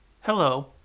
Hello